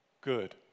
good